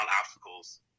obstacles